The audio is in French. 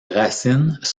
racines